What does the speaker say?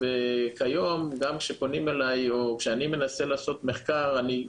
10 גרם קנאביס ולשים אותו על תאים בצלחת